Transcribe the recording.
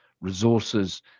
resources